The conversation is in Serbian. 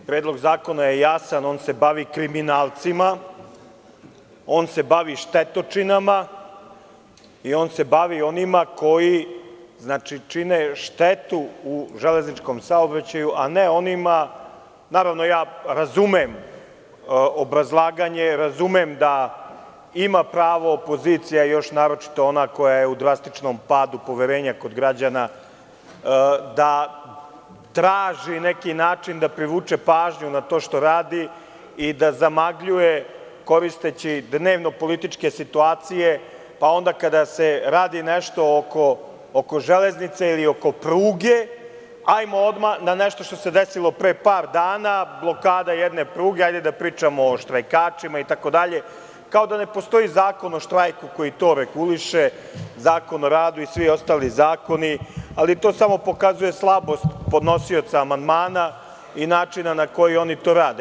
Predlog zakona je jasan, on se bavi kriminalcima, on se bavi štetočinama i on se bavi onima koji čine štetu u železničkom saobraćaju, a ne onima, naravno ja razumem obrazlaganje, razumem da ima pravo opozicija, još naročito ona koja je u drastičnom padu poverenja kod građana, da traži neki način da privuče pažnju na to što radi i da zamagljuje koristeći dnevno-političke situacije, pa onda kada se radi nešto oko železnice ili oko pruge, hajmo odmah na nešto što se desilo pre par dana, blokada jedne pruge, hajde da pričamo o štrajkačima, itd, kao da ne postoji Zakon o štrajku koji to reguliše, Zakon o radu i svi ostali zakoni, ali to samo pokazuje slabost podnosioca amandmana i načina na koji oni to rade.